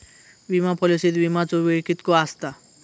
विमा पॉलिसीत विमाचो वेळ कीतको आसता?